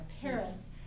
Paris